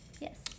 Yes